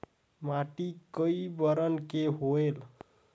माटी कई बरन के होयल?